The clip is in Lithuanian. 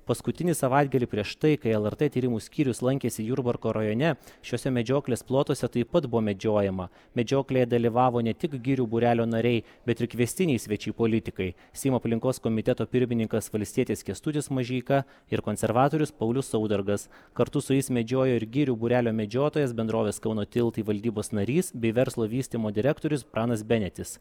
paskutinį savaitgalį prieš tai kai lrt tyrimų skyrius lankėsi jurbarko rajone šiuose medžioklės plotuose taip pat buvo medžiojama medžioklėje dalyvavo ne tik girių būrelio nariai bet ir kviestiniai svečiai politikai seimo aplinkos komiteto pirmininkas valstietis kęstutis mažeika ir konservatorius paulius saudargas kartu su jais medžiojo ir girių būrelio medžiotojas bendrovės kauno tiltai valdybos narys bei verslo vystymo direktorius pranas benetis